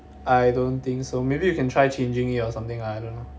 I don't think so maybe you can try changing it or something lah I don't know